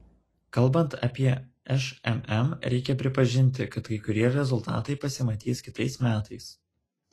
kalbant apie šmm reikia pripažinti kad kai kurie rezultatai pasimatys kitais metais